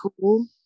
cool